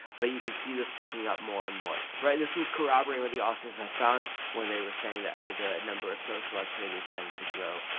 but you can see this picking up more and more. this was corroborating with the authors had found when they were saying that hey, the number of social activities tends to grow,